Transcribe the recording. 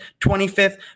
25th